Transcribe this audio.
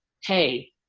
hey